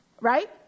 Right